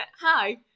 Hi